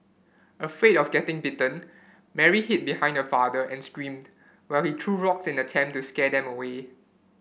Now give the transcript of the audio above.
afraid of getting bitten Mary hid behind her father and screamed while he threw rocks in attempt to scare them away